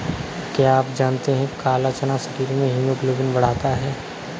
क्या आप जानते है काला चना शरीर में हीमोग्लोबिन बढ़ाता है?